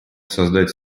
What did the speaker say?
создать